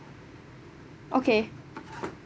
okay